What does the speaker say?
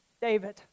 David